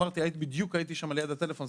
בדיוק הייתי שם ליד הטלפון,